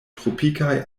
tropikaj